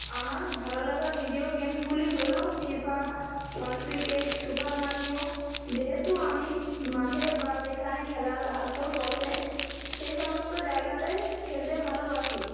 আমার ভালো লাগা ভিডিও গেমসগুলি হল ফিফা ওয়ার্ল্ড ক্রিকেট সুপারমারিও যেহেতু আমি মাঠে বা যেখানে খেলার আসর বসে সেই সমস্ত জায়গাতে খেলতে ভালবাসি